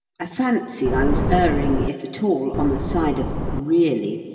i fancied i was erring if at all, on the side of really,